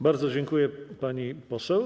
Bardzo dziękuję, pani poseł.